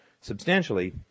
substantially